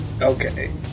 okay